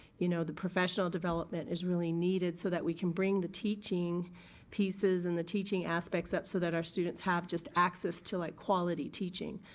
you know, the professional development is really needed so that we can bring the teaching pieces and the teaching aspects up so that our students have just access to like quality teaching.